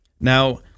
Now